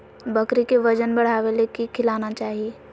बकरी के वजन बढ़ावे ले की खिलाना चाही?